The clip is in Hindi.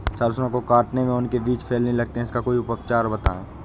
सरसो को काटने में उनके बीज फैलने लगते हैं इसका कोई उपचार बताएं?